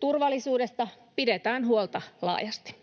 Turvallisuudesta pidetään huolta laajasti.